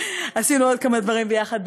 עשינו עוד כמה דברים ביחד.